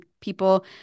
people